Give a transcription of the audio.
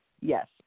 Yes